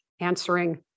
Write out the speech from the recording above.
answering